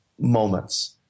moments